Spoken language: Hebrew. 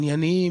ענייניים,